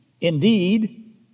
indeed